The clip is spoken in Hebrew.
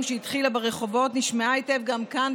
התחילה ברחובות ונשמעה היטב גם כאן,